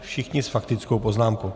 Všichni s faktickou poznámkou.